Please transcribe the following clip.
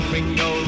Ringo